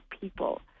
people